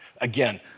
Again